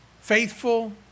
faithful